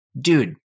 dude